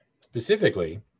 specifically